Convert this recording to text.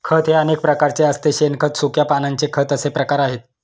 खत हे अनेक प्रकारचे असते शेणखत, सुक्या पानांचे खत असे प्रकार आहेत